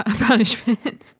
punishment